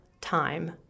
time